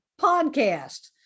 podcast